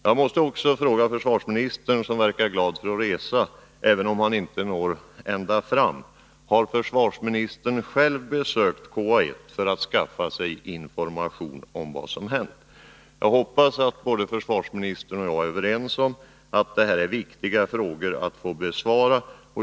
Jag måste också fråga försvarsministern, som verkar vara glad i att resa — även om han inte når ända fram: Har försvarsministern själv besökt KA 1 för att skaffa sig information om vad som hänt? Jag hoppas att försvarsministern och jag är överens om att det är viktigt att dessa frågor blir besvarade.